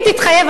אם תתחייב,